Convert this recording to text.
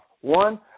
one